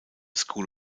school